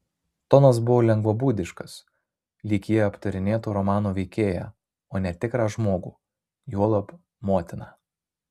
tonas buvo lengvabūdiškas lyg ji aptarinėtų romano veikėją o ne tikrą žmogų juolab motiną